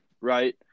right